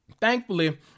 Thankfully